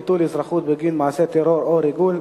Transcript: ביטול אזרחות בגין מעשה טרור או ריגול),